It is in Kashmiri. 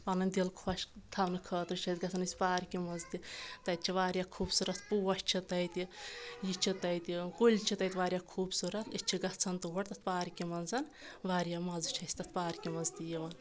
پنُن دِل خۄش تھاونہٕ خٲطرٕ چھِ أسۍ گژھان أسۍ پارکہِ منٛز تہِ تَتہِ چھِ واریاہ خوٗبصوٗرت پوش چھِ تَتہِ یہِ چھِ تتہِ کُلۍ چھِ تَتہِ واریاہ خوٗبصوٗرت أسۍ چھِ گژھان تور تتھ پارکہِ منٛز واریاہ مَزٕ چھِ أسۍ تتھ پارکہِ منٛز تہِ یِوان